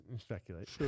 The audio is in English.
speculate